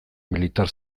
militar